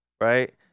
Right